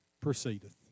proceedeth